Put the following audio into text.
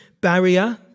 barrier